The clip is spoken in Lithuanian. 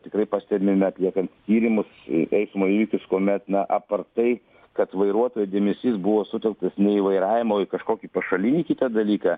tikrai pastebime atliekant tyrimus į eismo įvykius kuomet na apart tai kad vairuotojo dėmesys buvo sutelktas ne į vairavimo į kažkokį pašalinį kitą dalyką